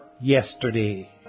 yesterday